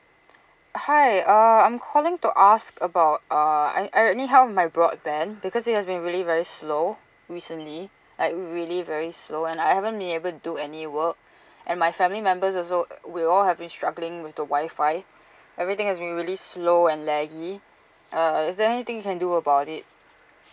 hi uh I'm calling to ask about uh I I need help with my broadband because it has been really very slow recently like really very slow and I haven't been able do any work and my family members also we all have been struggling with the wifi everything has been really slow and laggy uh is there anything you can do about it